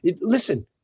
Listen